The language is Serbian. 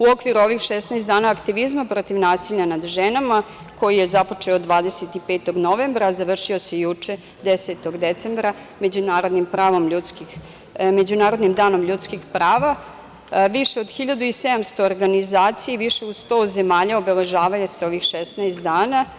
U okviru ovih 16 dana aktivizma protiv nasilja nad ženama, koji je započeo 25. novembra, a završio se juče, 10. decembra, Međunarodnim danom ljudskih prava, više od 1.700 organizacija i u više od 100 zemalja, obeležavaju se ovih 16 dana.